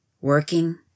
Working